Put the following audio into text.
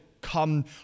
come